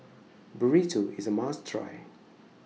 Burrito IS A must Try